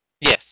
Yes